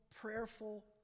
prayerful